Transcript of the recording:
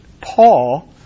Paul